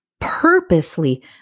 purposely